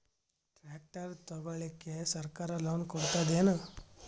Tractor ತಗೊಳಿಕ ಸರ್ಕಾರ loan ಕೊಡತದೇನು?